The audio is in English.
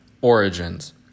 Origins